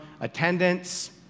Attendance